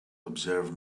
observe